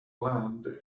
land